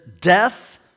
death